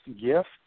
gift